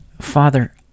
Father